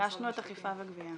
ביקשנו את אכיפה וגבייה.